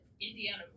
Indiana